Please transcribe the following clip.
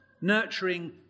Nurturing